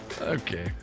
Okay